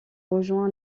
rejoint